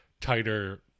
tighter